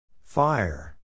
Fire